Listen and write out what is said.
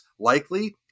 Likely